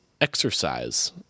exercise